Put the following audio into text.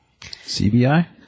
CBI